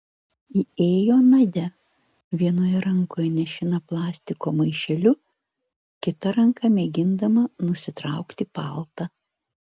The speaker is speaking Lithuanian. įėjo nadia vienoje rankoje nešina plastiko maišeliu kita ranka mėgindama nusitraukti paltą